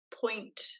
point